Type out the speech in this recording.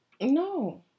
No